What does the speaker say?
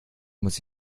muss